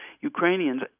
Ukrainians